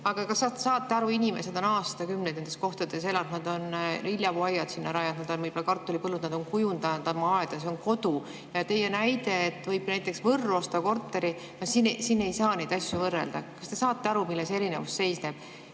kas saate aru? Inimesed on aastakümneid nendes kohtades elanud, nad on viljapuuaiad sinna rajanud, võib-olla kartulipõllud, nad on kujundanud oma aeda, see on kodu. Ja teie näide, et võib näiteks Võrru osta korteri – siin ei saa neid asju võrrelda. Kas te saate aru, milles erinevus seisneb?